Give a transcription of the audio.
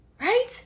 Right